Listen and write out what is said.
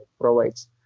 provides